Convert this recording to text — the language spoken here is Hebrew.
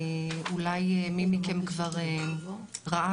אולי מי מכם כבר ראה,